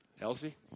Elsie